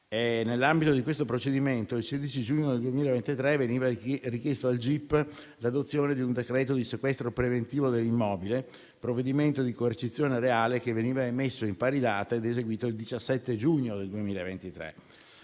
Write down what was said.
nell'ambito di questo procedimento il 16 giugno 2023 veniva richiesta al giudice per le indagini preliminari l'adozione di un decreto di sequestro preventivo dell'immobile, provvedimento di coercizione reale che veniva emesso in pari data ed eseguito il 17 giugno 2023.